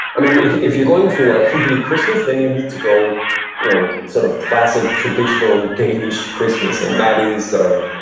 i mean if you're going for a hygge-ly christmas, then you need to go you know sort of classic, traditional danish christmas, and that is sort of